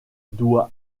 doit